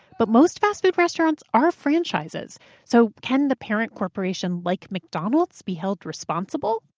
but most fast food restaurants are franchises so can the parent corporation, like mcdonald's be held responsible?